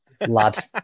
Lad